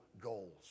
goals